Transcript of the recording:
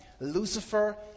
Lucifer